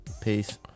Peace